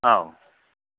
औ